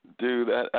Dude